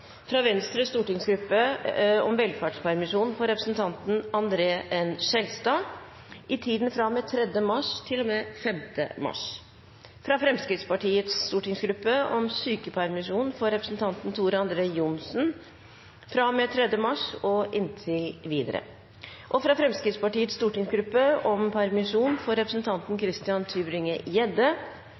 fra Venstres stortingsgruppe om velferdspermisjon for representanten André N. Skjelstad i tiden fra og med 3. mars til og med 5. mars fra Fremskrittspartiets stortingsgruppe om sykepermisjon for representanten Tor André Johnsen fra og med 3. mars og inntil videre fra Fremskrittspartiets stortingsgruppe om permisjon for representanten Christian